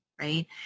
right